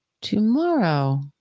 tomorrow